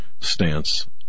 stance